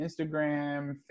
Instagram